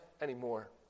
anymore